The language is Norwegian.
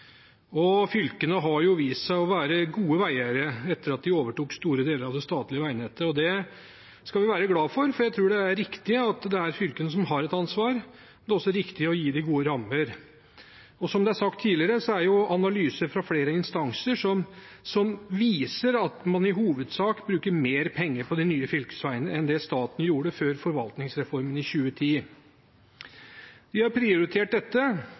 vei. Fylkene har vist seg å være gode veieiere etter at de overtok store deler av det statlige veinettet. Det skal vi være glad for, for jeg tror det er riktig at det er fylkene som har ansvaret. Det er også riktig å gi dem gode rammer. Som det er sagt tidligere, viser analyser fra flere instanser at man i hovedsak bruker mer penger på de nye fylkesveiene enn det staten gjorde før forvaltningsreformen i 2010. De har prioritert dette,